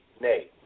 nay